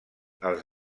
als